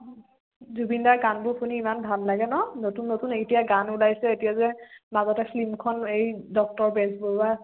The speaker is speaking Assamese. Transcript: জুবিন দাৰ গানবোৰ শুনি ইমান ভাল লাগে ন নতুন নতুন এতিয়া গান ওলাইছে এতিয়া যে মাজতে ফিল্মখন এই ডক্তৰ বেজবৰুৱা